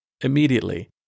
immediately